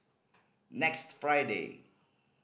next Friday